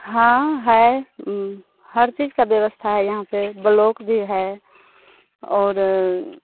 हाँ है हर चीज की व्यवस्था है यहाँ पर ब्लॉक भी है और